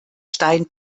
stein